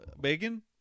bacon